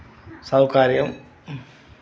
సౌకార్యం